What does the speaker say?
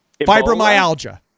Fibromyalgia